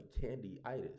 candy-itis